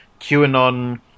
QAnon